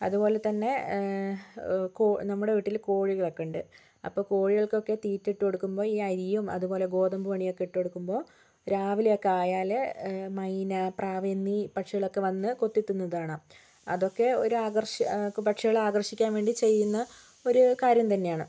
അത്പോലെ തന്നെ നമ്മുടെ വീട്ടിൽ കോഴികളൊക്കെ ഉണ്ട് അപ്പോൾ കോഴികൾക്ക് ഒക്കെ തീറ്റ ഇട്ട് കൊടുക്കുമ്പോൾ ഈ അരിയും അത്പോലെ ഗോതമ്പ് മണിയും ഒക്കെ ഇട്ട് കൊടുക്കുമ്പോൾ രാവിലെയൊക്കെ ആയാൽ മൈന പ്രാവ് എന്നീ പക്ഷികളൊക്കെ വന്ന് കൊത്തി തിന്നുന്നത് കാണാം അതൊക്കെ ഒരു ആകർഷ പക്ഷികളെ ആകർഷിക്കാൻ വേണ്ടി ചെയ്യുന്ന ഒരു കാര്യം തന്നെയാണ്